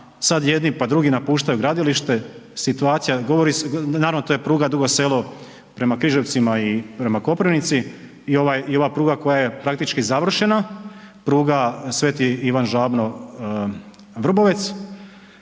sad jedni pa drugi napuštaju gradilište, situacija govori, naravno to je pruga Dugo Sele prema Križevcima i prema Koprivnici i ova pruga koja je praktički završena pruga sv. Ivan Žabno-Vrbovec,